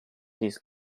this